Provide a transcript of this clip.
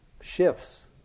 shifts